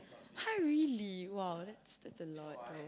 !huh! really !wow! that's that's a lot though